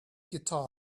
guitar